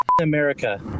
America